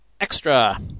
Extra